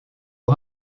aux